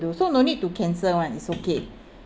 do so no need to cancel one it's okay